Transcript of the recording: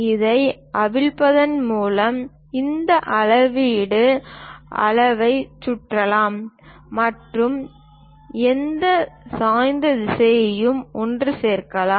இதை அவிழ்ப்பதன் மூலம் இந்த அளவீட்டு அளவை சுழற்றலாம் மற்றும் எந்த சாய்ந்த திசையையும் ஒன்றுசேர்க்கலாம்